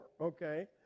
Okay